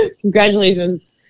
congratulations